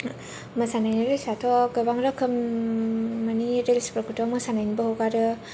मोसानायनि रिल्सआथ' गोबां रोखोम माने रिल्सफोरखौथ' मोसानायनिबो हगारो